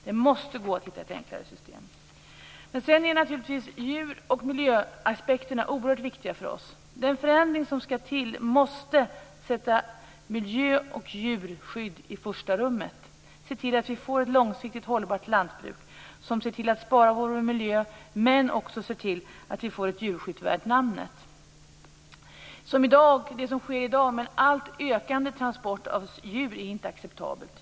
Det måste gå att hitta ett enklare system. Djur och miljöaspekterna är naturligtvis oerhört viktiga för oss. I den förändring som skall till måste vi sätta miljö och djurskydd i första rummet, se till att vi får ett långsiktigt hållbart lantbruk, se till att spara vår miljö men också se till att vi får ett djurskydd värt namnet. Det som sker i dag med ökande transporter av djur är inte acceptabelt.